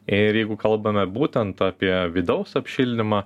ir jeigu kalbame būtent apie vidaus apšildymą